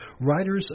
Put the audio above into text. Writers